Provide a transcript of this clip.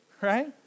right